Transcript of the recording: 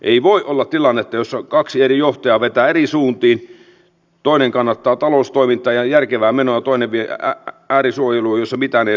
ei voi olla tilannetta jossa kaksi eri johtajaa vetää eri suuntiin toinen kannattaa taloustoimintaa ja järkevää menoa ja toinen vie äärisuojeluun jossa mitään ei saisi tehdä